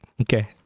Okay